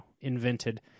invented